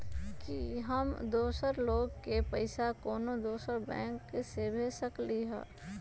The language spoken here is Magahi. कि हम दोसर लोग के पइसा कोनो दोसर बैंक से भेज सकली ह?